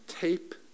tape